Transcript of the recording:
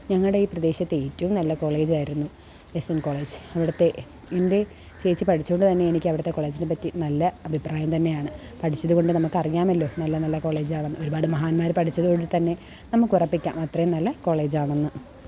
ഞങ്ങളുടെ ഈ പ്രദേശത്ത് ഏറ്റവും നല്ല കോളേജ് ആയിരുന്നു എസ് എന് കോളേജ് അവിടുത്തെ എന്റെ ചേച്ചി പഠിച്ചതുകൊണ്ട് തന്നെ എനിക്ക് അവിടുത്തെ കോളേജിനെപ്പറ്റി നല്ല അഭിപ്രായം തന്നെയാണ് പഠിച്ചത് കൊണ്ട് നമുക്ക് അറിയാമല്ലോ നല്ല നല്ല കോളേജ് ആണെന്ന് ഒരുപാട് മഹാന്മാര് പഠിച്ചത് കൊണ്ട് തന്നെ നമുക്ക് ഉറപ്പിക്കാം അത്രയും നല്ല കോളേജ് ആണ് എന്ന്